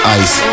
ice